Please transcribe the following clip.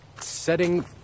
setting